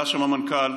היה שם המנכ"ל,